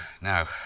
now